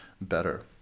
better